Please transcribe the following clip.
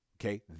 Okay